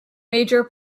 major